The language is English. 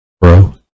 bro